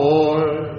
Lord